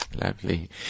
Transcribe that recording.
Lovely